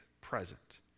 present